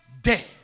dead